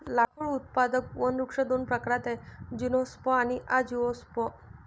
लाकूड उत्पादक वनवृक्ष दोन प्रकारात आहेतः जिम्नोस्पर्म आणि अँजिओस्पर्म